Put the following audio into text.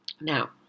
Now